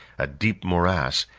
a deep morass,